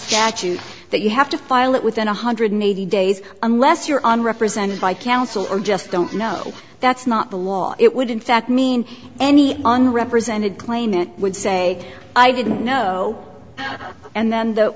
statute that you have to file it within one hundred eighty days unless you're on represented by counsel or just don't know that's not the law it would in fact mean any unrepresented claim that would say i didn't know and then the